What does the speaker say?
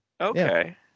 okay